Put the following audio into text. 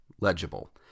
legible